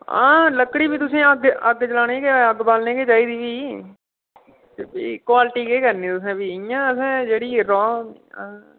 हां लक्कड़ी बी तुसेंईं अग्ग जलाने अग्ग बाह्लने गै चाहिदी फ्ही ते फ्ही क़्वालिटी केह् करनी तुसें इयां फ्ही असें जेह्ड़ी